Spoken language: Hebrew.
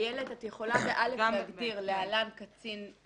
את יכולה ב-(א) להגדיר להלן קצין מוסמך.